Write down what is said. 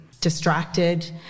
distracted